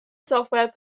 software